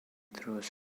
through